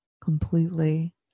Completely